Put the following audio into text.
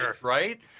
Right